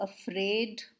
afraid